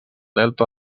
delta